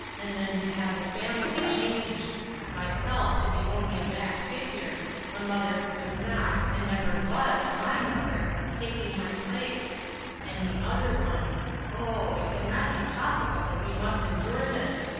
and then to have the family changed myself to be only a back figure a mother who is not, and never was my mother, taking my place and the other one oh, it can not be possible that we must endure this!